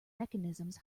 mechanisms